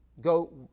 go